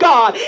God